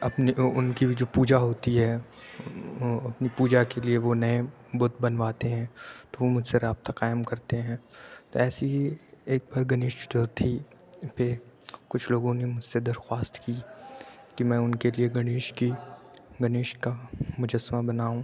اپنی اُن کی جو پوجا ہوتی ہے اپنی پوجا کے لیے وہ نئے بُت بنواتے ہیں تو وہ مجھ سے رابطہ قائم کرتے ہیں تو ایسے ہی ایک بار گنیش چتروتھی پہ کچھ لوگوں نے مجھ سے درخواست کی کہ میں اُن کے لیے گنیش کی گنیش کا مجسمہ بناؤں